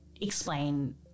explain